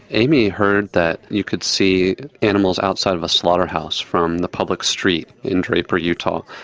amy heard that you could see animals outside of a slaughterhouse from the public street in draper, utah,